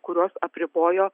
kuriuos apribojo